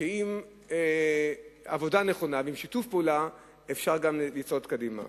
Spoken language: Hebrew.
שעם עבודה נכונה ועם שיתוף פעולה אפשר גם לצעוד קדימה.